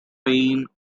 pain